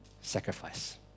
sacrifice